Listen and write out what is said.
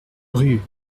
rue